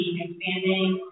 expanding